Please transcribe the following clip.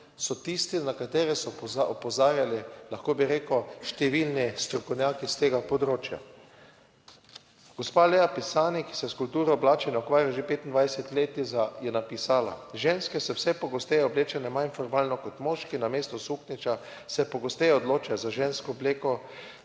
so tisti, na katere so opozarjali, lahko bi rekel, številni strokovnjaki s tega področja. Gospa Lea Pisani, ki se s kulturo oblačenja ukvarja že 25 let, je napisala: "Ženske so vse pogosteje oblečene manj formalno kot moški, namesto suknjiča se pogosteje odločajo za žensko obleko,